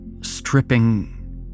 Stripping